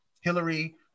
Hillary